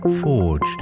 forged